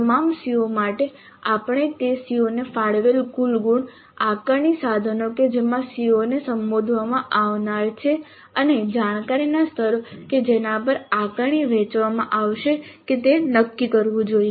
તમામ CO માટે આપણે તે CO ને ફાળવેલ કુલ ગુણ આકારણી સાધનો કે જેમાં CO ને સંબોધવામાં આવનાર છે અને જાણકારીના સ્તરો કે જેના પર આકારણી વહેંચવામાં આવશે તે નક્કી કરવું જોઈએ